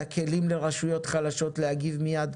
את הכלים לרשויות חלשות להגיב מיד?